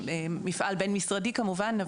מפעל בין-משרדי כמובן,